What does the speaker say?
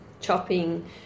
chopping